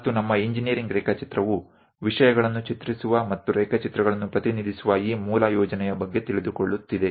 ಮತ್ತು ನಮ್ಮ ಇಂಜಿನೀರಿಂಗ್ ರೇಖಾಚಿತ್ರವು ವಿಷಯಗಳನ್ನು ಚಿತ್ರಿಸುವ ಮತ್ತು ರೇಖಾಚಿತ್ರಗಳನ್ನು ಪ್ರತಿನಿಧಿಸುವ ಈ ಮೂಲ ಯೋಜನೆಯ ಬಗ್ಗೆ ತಿಳಿದುಕೊಳ್ಳುತ್ತಿದೆ